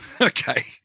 okay